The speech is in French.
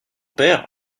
père